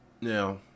Now